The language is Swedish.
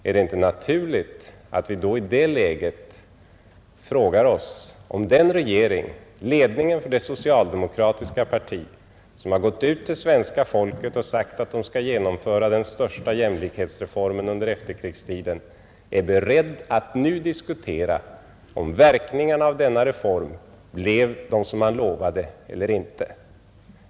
Är det inte naturligt att vi i det här läget frågar oss om den regering och den ledning för det socialdemokratiska partiet som har gått ut till svenska folket och sagt att man skulle genomföra den största jämlikhetsreformen under efterkrigstiden är beredd att nu diskutera huruvida verkningarna av den reformen blev vad man lovade eller inte?